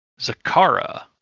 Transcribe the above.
Zakara